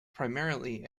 primarily